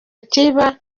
kiba